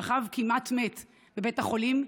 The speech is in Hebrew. שכב כמעט מת בבית החולים,